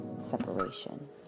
Separation